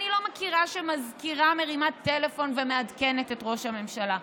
אני לא מכירה שמזכירה מרימה טלפון ומעדכנת את ראש הממשלה.